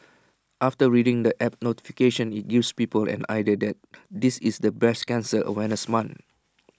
after reading the app notification IT gives people an idea that this is the breast cancer awareness month